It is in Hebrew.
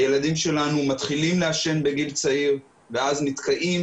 הילדים שלנו מתחילים לעשן בגיל צעיר ואז נתקעים